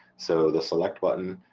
so the select button,